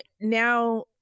now